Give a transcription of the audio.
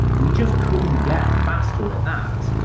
we just couldn't get faster at that.